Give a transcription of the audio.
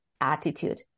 attitude